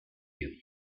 you